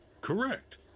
Correct